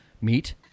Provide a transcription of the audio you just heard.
Meet